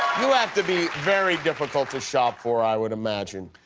you have to be very difficult to shop for, i would imagine.